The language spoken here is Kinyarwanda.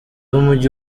w’umujyi